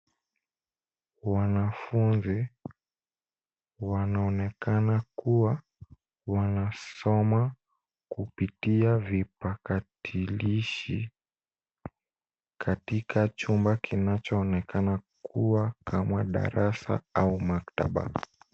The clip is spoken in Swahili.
Wanafunzi wanaonekana kuwa wanasoma kupitia vipakatalishi katika chumba kinachoonekana kuwa kama darasa au maktaba.